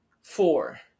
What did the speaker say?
Four